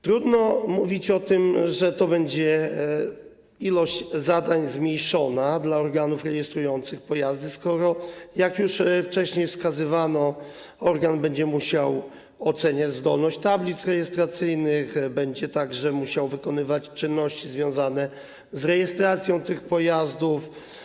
Trudno mówić o tym, że to będzie zmniejszona ilość zadań dla organów rejestrujących pojazdy, skoro jak już wcześniej wskazywano, organ będzie musiał oceniać zgodność tablic rejestracyjnych, będzie także musiał wykonywać czynności związane z rejestracją tych pojazdów.